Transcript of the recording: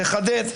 תחדד.